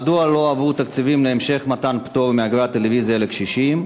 1. מדוע לא עברו תקציבים להמשך מתן פטור מאגרת הטלוויזיה לקשישים?